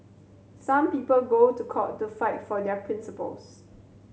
some people go to court to fight for their principles